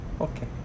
okay